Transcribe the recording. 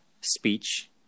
speech